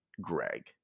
Greg